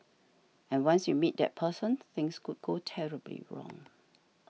and once you meet that person things could go terribly wrong